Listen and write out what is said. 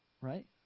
Right